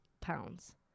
pounds